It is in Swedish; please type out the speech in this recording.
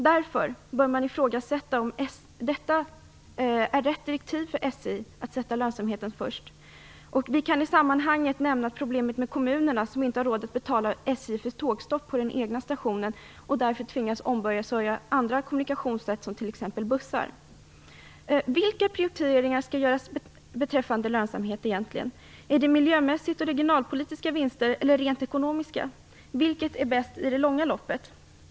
Därför bör man ifrågasätta om det är rätt direktiv för SJ att sätta lönsamheten först. Vi kan i sammanhanget nämna problemet med kommunerna, som inte har råd att betala SJ för tågstopp på den egna stationen och därför tvingas ombesörja andra kommunikationssätt, t.ex. bussar. Vilka prioriteringar skall göras beträffande lönsamhet? Är det miljömässiga och regionalpolitiska vinster eller rent ekonomiska? Vilket är bäst i det långa loppet?